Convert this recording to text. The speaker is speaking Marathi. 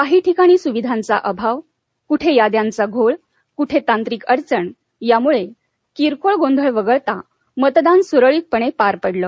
काही ठिकाणी सुविधांचा अभाव कुठे याद्यांचा घोळ कुठे तांत्रिक अडचण या मुळे किरकोळ गोंधळ वगळता मतदान सुरळितपणे पार पडलं